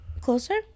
Closer